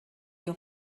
your